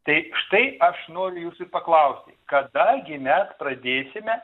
tai štai aš noriu jūsų paklausti kada gi mes pradėsime